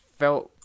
felt